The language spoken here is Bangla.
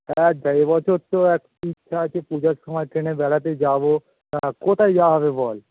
হ্যাঁ দেখ এবছর তো ইচ্ছা আছে পুজোর সময় ট্রেনে বেড়াতে যাবো তা কোথায় যাওয়া হবে বল